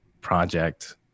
project